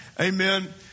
Amen